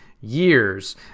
years